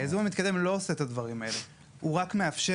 הייזום המתקדם לא עושה את הדברים האלה; הוא רק מאפשר